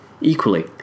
Equally